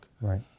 Right